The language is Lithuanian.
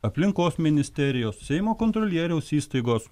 aplinkos ministerijos seimo kontrolieriaus įstaigos